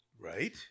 Right